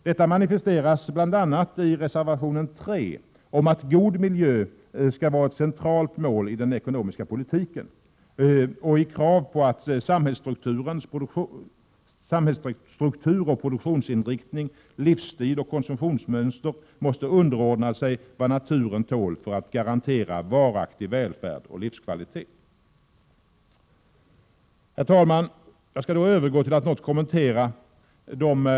Detta manifesteras bl.a. i reservation 3, där vi framhåller att god miljö skall vara ett centralt mål i den ekonomiska politiken, och i krav på att samhällsstruktur, produktionsinriktning, livsstil och konsumtionsmönster måste underordna sig vad naturen tål, för att garantera varaktig välfärd och livskvalitet. Herr talman! Jag skall övergå till att något kommentera de, som det sagts, Prot.